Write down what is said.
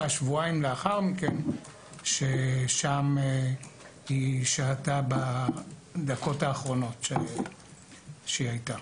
שבועיים לאחר מכן ששם שהתה בדקות האחרונות שהיתה.